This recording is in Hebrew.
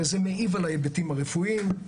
וזה מעיב על ההיבטים הרפואיים,